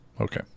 Okay